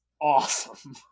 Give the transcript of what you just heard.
awesome